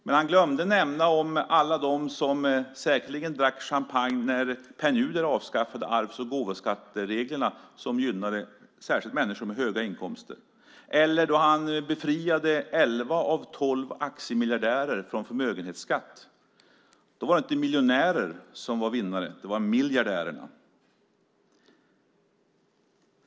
Men han glömde nämna alla dem som säkerligen drack champagne när Pär Nuder avskaffade arvs och gåvoskattereglerna som särskilt gynnade människor med höga inkomster eller när han befriade elva av tolv aktiemiljardärer från förmögemhetsskatt. Då var det inte miljonärerna som var vinnarna, utan det var miljardärerna.